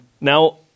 Now